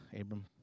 Abram